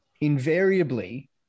invariably